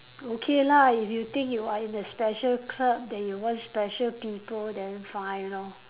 okay lah if you think you are in a special club then you want special people then fine lor